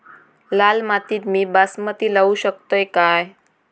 लाल मातीत मी बासमती लावू शकतय काय?